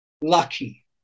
lucky